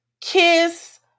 kiss